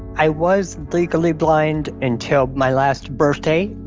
i was legally blind until my last birthday,